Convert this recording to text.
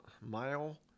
mile